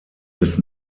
des